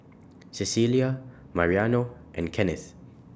Cecelia Mariano and Kennith